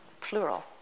plural